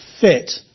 fit